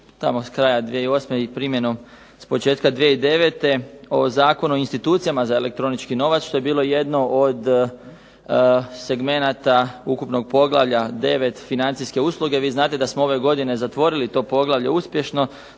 od kraja 2008. i s početkom 2009. o zakonu o institucijama za elektroničko novac što je bilo jedno od segmenata ukupnog poglavlja 9. financijske usluge, vi znate da smo ove godine zatvorili to poglavlje uspješno,